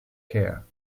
care